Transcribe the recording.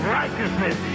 righteousness